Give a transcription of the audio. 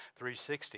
360